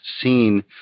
seen